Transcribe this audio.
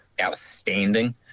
outstanding